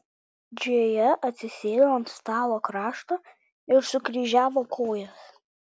džėja atsisėdo ant stalo krašto ir sukryžiavo kojas